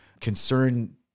concern